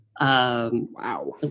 wow